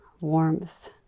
warmth